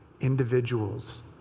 individuals